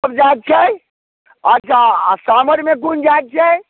सभ जाति छै अच्छा आ सामरमे कोन जाति छै